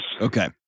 Okay